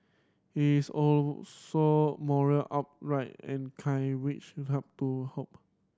he is also moral upright and kind which you have to hope